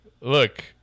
look